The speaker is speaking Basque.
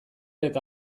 eta